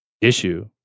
issue